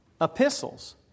epistles